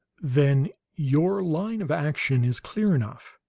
then your line of action is clear enough.